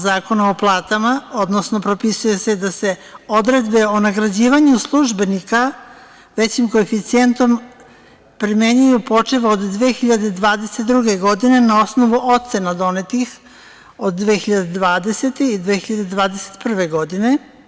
Zakona o platama, odnosno propisuje se da se odredbe o nagrađivanju službenika većim koeficijentom primenjuju počev od 2022. godine, na osnovu ocena donetih od 2020. i 2021. godine.